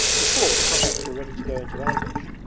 before the cossacks were ready to go into ambush.